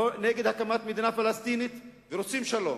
נגד הקמת מדינה פלסטינית, ורוצים שלום.